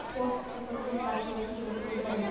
মোর কুন কুন বিল বাকি আসে কেমন করি জানিম?